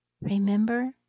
Remember